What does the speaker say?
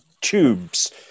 tubes